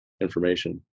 information